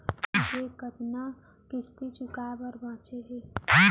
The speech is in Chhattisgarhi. लोन के कतना किस्ती चुकाए बर बांचे हे?